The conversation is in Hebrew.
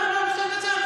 לא קרה לך?